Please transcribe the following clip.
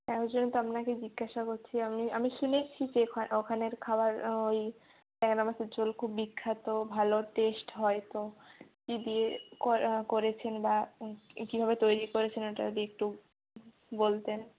হ্যাঁ ওই জন্যই তো আপনাকে জিজ্ঞাসা করছি আমি আমি শুনেছি যে ওখানের খাবার ওই ট্যাংরা মাছের ঝোল খুব বিখ্যাত ভালো টেস্ট হয় তো কী দিয়ে করা করেছেন বা কীভাবে তৈরি করেছেন ওটা যদি একটু বলতেন